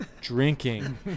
drinking